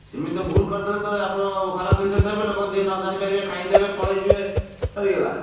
ସେମିତି ତ ଭୁଲ୍ କରିଦେଲେ ତ ଆପଣ ଆଉ ଖରାପ ଜିନିଷ ଦେବେ ଲୋକ ଯିଏ ନ ଜାଣିପାରିବେ ଖାଇଦେବେ ପଳେଇଯିବେ ସରିଗଲା